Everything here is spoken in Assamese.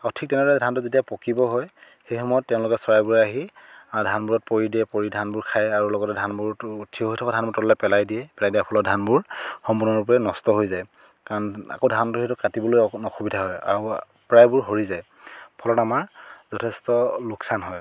অঁ ঠিক তেনেদৰে ধানটো যেতিয়া পকিব হয় সেই সময়ত তেওঁলোকে চৰাইবোৰ আহি ধানবোৰত পৰি দিয়ে পৰি ধানবোৰ খাই আৰু লগতে ধানবোৰতো থিয় হৈ থকা ধান তললৈ পেলাই দিয়ে পেলাই দিয়াৰ ফলত ধানবোৰ সম্পূৰ্ণৰূপে নষ্ট হৈ যায় কাৰণ আকৌ ধানটো সেইটো কাটিবলৈ অকণ অসুবিধা হয় আৰু প্ৰায়বোৰ সৰি যায় ফলত আমাৰ যথেষ্ট লোকচান হয়